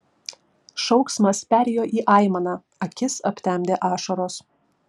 šauksmas perėjo į aimaną akis aptemdė ašaros